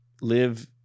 live